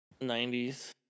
90s